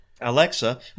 Alexa